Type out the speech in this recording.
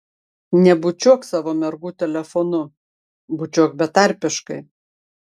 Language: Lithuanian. nebučiuok savo mergų telefonu bučiuok betarpiškai